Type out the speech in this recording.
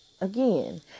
again